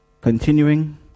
Continuing